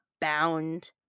bound